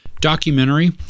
documentary